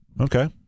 Okay